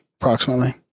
Approximately